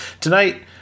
Tonight